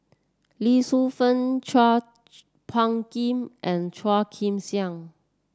Lee Shu Fen Chua Phung Kim and Chua Joon Siang